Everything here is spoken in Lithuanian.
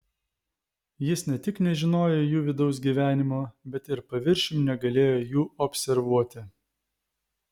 jis ne tik nežinojo jų vidaus gyvenimo bet ir paviršium negalėjo jų observuoti